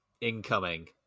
Incoming